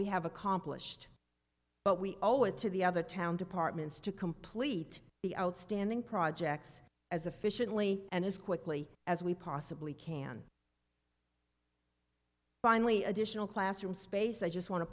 we have accomplished but we owe it to the other town departments to complete the outstanding projects as efficiently and as quickly as we possibly can finally additional classroom space i just want to